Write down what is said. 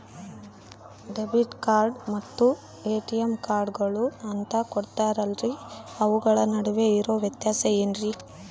Credit card ಮತ್ತ ATM ಕಾರ್ಡುಗಳು ಅಂತಾ ಕೊಡುತ್ತಾರಲ್ರಿ ಅವುಗಳ ನಡುವೆ ಇರೋ ವ್ಯತ್ಯಾಸ ಏನ್ರಿ?